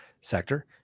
sector